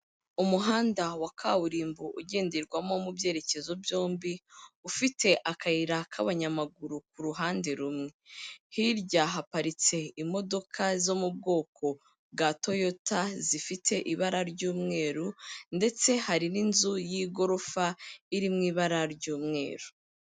Umuhanda wa kaburimbo ugenderwamo mu byerekezo byombi, ufite akayira k'abanyamaguru ku ruhande rumwe, hirya haparitse imodoka zo mu bwoko bwa Toyota, zifite ibara ry'umweru ndetse hari n'inzu y'igorofa iri mu ibara ry'umweru.